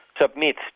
submit